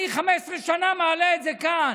אני 15 שנים מעלה את זה כאן,